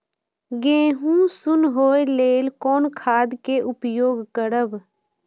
गेहूँ सुन होय लेल कोन खाद के उपयोग करब?